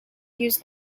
use